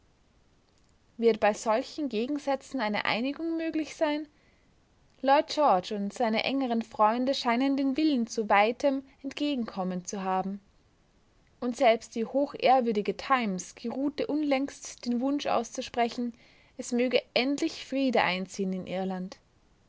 wird bei solchen gegensätzen eine einigung möglich sein lloyd george und seine engeren freunde scheinen den willen zu weitem entgegenkommen zu haben und selbst die hochehrwürdige times geruhte unlängst den wunsch auszusprechen es möge endlich friede einziehen in irland